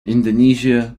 indonesia